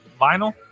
vinyl